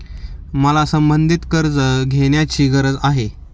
मला संबंधित कर्ज घेण्याची गरज आहे